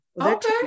Okay